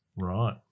Right